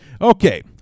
okay